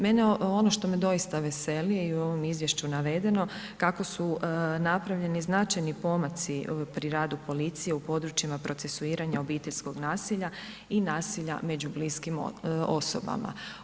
Mene ono što me doista veseli je i u ovom Izvješću navedeno kako su napravljeni značajni pomaci pri radu policije u područjima procesuiranja obiteljskog nasilja i nasilja među bliskim osobama.